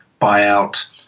buyout